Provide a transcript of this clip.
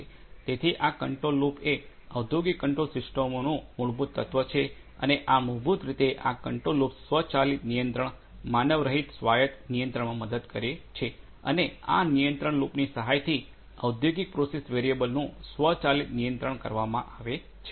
તેથી આ કંટ્રોલ લૂપએ ઔદ્યોગિક કંટ્રોલ સિસ્ટમોનું મૂળભૂત તત્વ છે અને આ મૂળભૂત રીતે આ કંટ્રોલ લૂપ્સ સ્વચાલિત નિયંત્રણ માનવરહિત સ્વાયત નિયંત્રણમાં મદદ કરે છે આ નિયંત્રણ લૂપની સહાયથી ઔદ્યોગિક પ્રોસેસ વેરિયેબલનું સ્વચાલિત નિયંત્રણ કરવામાં આવે છે